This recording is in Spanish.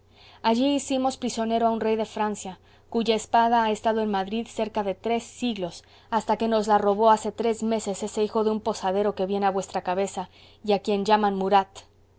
allí hicimos prisionero a un rey de francia cuya espada ha estado en madrid cerca de tres siglos hasta que nos la robó hace tres meses ese hijo de un posadero que viene a vuestra cabeza y a quien llaman murat